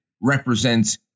represents